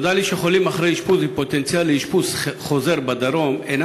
נודע לי שחולים אחרי אשפוז עם פוטנציאל לאשפוז